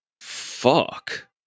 Fuck